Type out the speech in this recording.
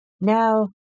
Now